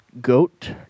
Goat